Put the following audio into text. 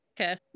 Okay